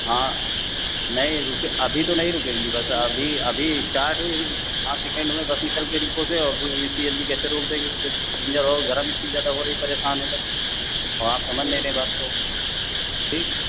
हाँ नहीं रुकेगी अभी तो नहीं रुकेगी बस अभी अभी स्टार्ट हुई है अभी पाँच सकेंड हुए बस निकल गई डिपो से इतनी जल्दी कैसे रोक देंगे पसिंजर और गरम इतना ज्यादा हो रही है परेशान है सब आप समझ नहीं रहे है बात को ठीक